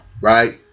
Right